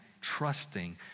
trusting